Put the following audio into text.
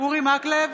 אורי מקלב,